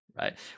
Right